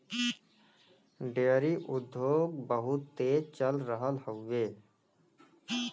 dairy उद्योग बहुत तेज चल रहल हउवे